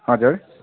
हजुर